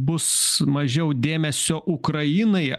bus mažiau dėmesio ukrainai